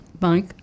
Mike